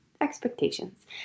expectations